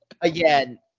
again